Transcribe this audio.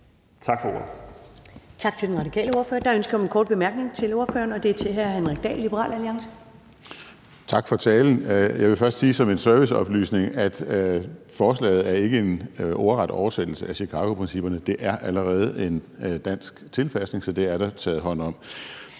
Tak for ordet.